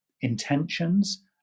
intentions